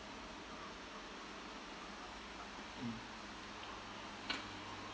mm